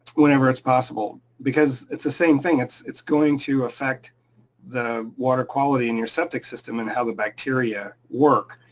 whenever it's possible, because it's the same thing, it's it's going to affect the water quality in your septic system and how the bacteria work,